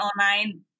online